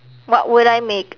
what would I make